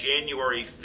January